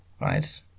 right